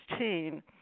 2016